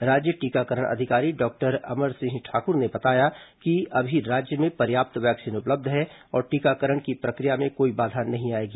राज्य टीकाकरण अधिकारी डॉक्टर अमर सिंह ठाकुर ने बताया है कि अभी राज्य में पर्याप्त वैक्सीन उपलब्ध है और टीकाकरण की प्रक्रिया में कोई बाधा नहीं आएगी